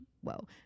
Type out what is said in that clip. Whoa